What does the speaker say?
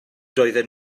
doedden